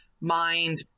mind